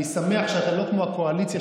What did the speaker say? אני שמח שאתה לא כמו הקואליציה,